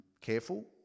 Careful